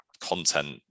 content